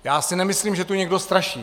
Já si nemyslím, že tu někdo straší.